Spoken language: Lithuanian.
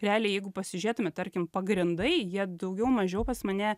realiai jeigu pasižiūrėtume tarkim pagrindai jie daugiau mažiau pas mane